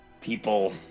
people